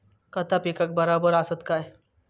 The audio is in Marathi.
खता पिकाक बराबर आसत काय?